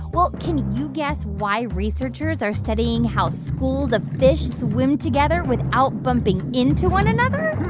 well, can you guess why researchers are studying how schools of fish swim together without bumping into one another?